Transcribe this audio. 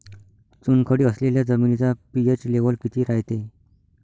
चुनखडी असलेल्या जमिनीचा पी.एच लेव्हल किती रायते?